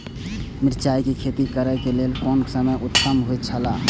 मिरचाई के खेती करे के लेल कोन समय उत्तम हुए छला?